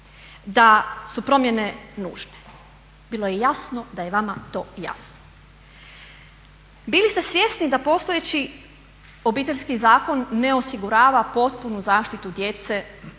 da su promjene nužne. Bilo je jasno da je vama to jasno. Bili ste svjesni da postojeći Obiteljski zakon ne osigurava potpunu zaštitu djece kao